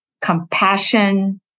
compassion